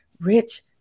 rich